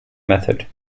method